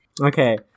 Okay